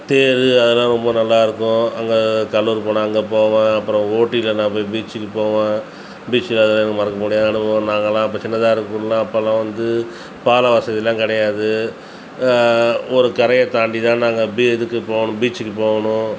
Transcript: தேர் அதெல்லாம் ரொம்ப நல்லாருக்கும் அங்கே கடலூர் போனால் அங்கே போவேன் அப்புறம் ஊட்டியில நான் போய் பீச்சுக்கு போவேன் பீச்சில அதெலாம் மறக்க முடியாத அனுபவம் நாங்கள்லாம் அப்போ சின்னதாக இருக்கக்குள்ளே அப்போலாம் வந்து பாலம் வசதிலாம் கிடையாது ஒரு கரையை தாண்டி தான் நாங்கள் அப்படியே இதுக்கு போகணும் பீச்சுக்கு போகணும்